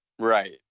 Right